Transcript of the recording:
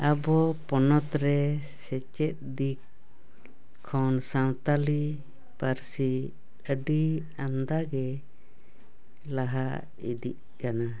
ᱟᱵᱚ ᱯᱚᱱᱚᱛ ᱨᱮ ᱥᱮᱪᱮᱫ ᱫᱤᱠ ᱠᱷᱚᱱ ᱥᱟᱱᱛᱟᱲᱤ ᱯᱟᱹᱨᱥᱤ ᱟᱹᱰᱤ ᱟᱢᱫᱟ ᱜᱮ ᱞᱟᱦᱟ ᱤᱫᱤᱜ ᱠᱟᱱᱟ